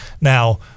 now